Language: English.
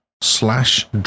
Slash